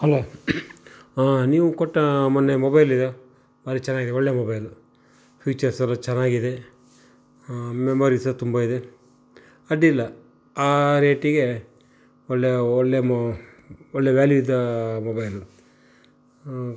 hello ನೀವು ಕೊಟ್ಟ ಮೊನ್ನೆ ಮೊಬೈಲಿದು ಭಾರಿ ಚೆನ್ನಾಗಿದೆ ಒಳ್ಳೆಯ ಮೊಬೈಲು ಫೀಚರ್ಸ್ ಎಲ್ಲ ಚೆನ್ನಾಗಿದೆ ಮೆಮೊರೀಸು ತುಂಬ ಇದೆ ಅಡ್ಡಿಯಿಲ್ಲ ಆ ರೇಟಿಗೆ ಒಳ್ಳೆಯ ಒಳ್ಳೆಯ ಮೊ ಒಳ್ಳೆಯ ವಾಲ್ಯೂ ಇದ್ದ ಮೊಬೈಲು